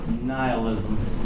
Nihilism